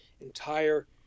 entire